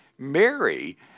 Mary